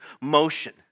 motion